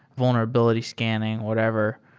vulnerability scanning, whatever,